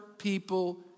people